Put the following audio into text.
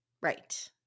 right